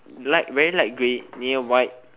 black very light grey near white